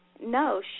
no